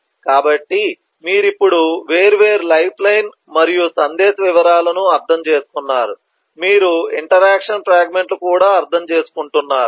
కాబట్టి మీరు ఇప్పుడు వేర్వేరు లైఫ్లైన్ మరియు సందేశ వివరాలను అర్థం చేసుకున్నారు మీరు ఇంటరాక్షన్ ఫ్రాగ్మెంట్ లు కూడా అర్థం చేసుకుంటున్నారు